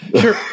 Sure